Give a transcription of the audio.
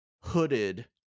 hooded